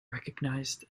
recognized